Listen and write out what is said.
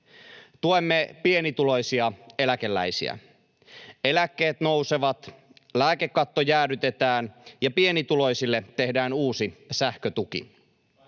Tuemme pienituloisia eläkeläisiä: eläkkeet nousevat, lääkekatto jäädytetään, ja pienituloisille tehdään uusi sähkötuki.